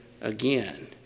again